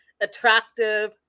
attractive